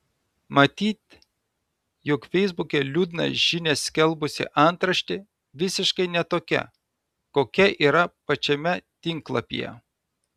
matyti jog feisbuke liūdną žinią skelbusi antraštė visiškai ne tokia kokia yra pačiame tinklapyje